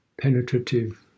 penetrative